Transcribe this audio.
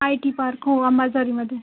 I T park हो अंबाझरीमध्ये